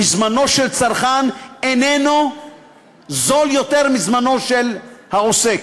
וזמנו של צרכן איננו זול יותר מזמנו של העוסק.